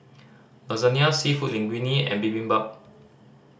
Lasagna Seafood Linguine and Bibimbap